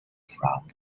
from